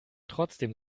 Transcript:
trotzdem